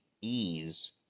ease